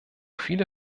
viele